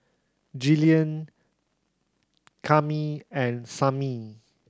Gillian Cami and Samie